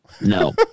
No